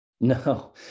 No